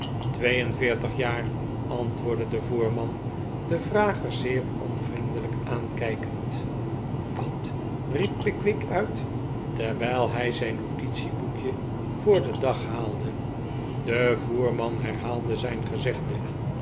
twee en veertig jaar antwoordde de voerman den vrager zeer onvriendelijk aankijkend wat riep pickwick uit terwijl hij zijn notitieboekje voor den dag haalde de voerman herhaalde zijn gezegde